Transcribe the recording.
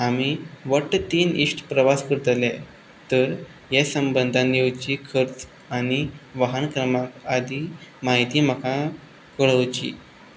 आमी वट्ट तीन इश्ट प्रवास करतले तर हे संबंदान येवची खर्च आनी वाहन क्रमांक आदी म्हायती म्हाका कळोवची